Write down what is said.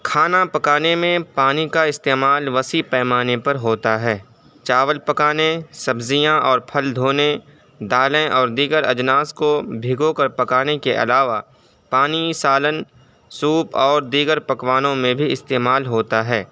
کھانا پکانے میں پانی کا استعمال وسیع پیمانے پر ہوتا ہے چاول پکانے سبزیاں اور پھل دھونے دالیں اور دیگر اجناس کو بھگو کر پکانے کے علاوہ پانی سالن سوپ اور دیگر پکوانوں میں بھی استعمال ہوتا ہے